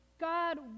God